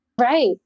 Right